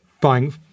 Buying